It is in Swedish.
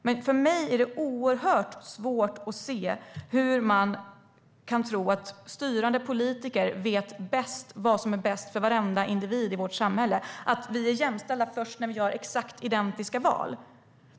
Men för mig är det oerhört svårt att se hur man kan tro att styrande politiker vet bäst vad som är bäst för varenda individ i vårt samhälle och att vi är jämställda först när vi gör exakt identiska val.